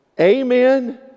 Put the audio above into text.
Amen